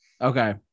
Okay